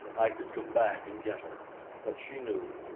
i could come back and get her but she knew,